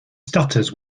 stutters